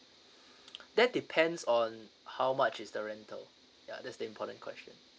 that depends on how much is the rental ya that's the important question